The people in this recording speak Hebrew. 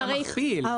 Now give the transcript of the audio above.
מתי אתה מכפיל?